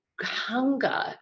hunger